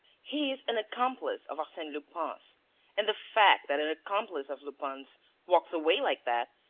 he is an accomplice of arsene lupin's and the fact that an accomplice of lupin's walks away like that,